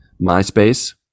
MySpace